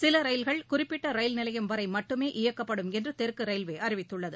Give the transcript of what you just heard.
சில ரயில்கள் குறிப்பிட்ட ரயில்நிலையம் வரை மட்டுமே இயக்கப்படும் என்று தெற்கு ரயில்வே அறிவித்துள்ளது